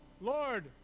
Lord